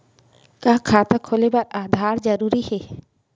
का खाता खोले बर आधार जरूरी हे?